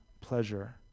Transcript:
pleasure